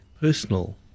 personal